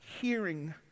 hearing